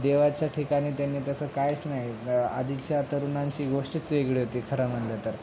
देवाच्या ठिकाणी त्यांनी तसं काहीच नाही आधीच्या तरुणांची गोष्टीच वेगळी होती खरं म्हणलं तर